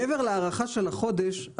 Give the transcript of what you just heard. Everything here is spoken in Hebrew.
מעבר להארכה של החודש,